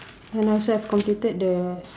and I also have completed the